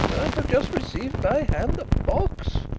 have just received by hand a box,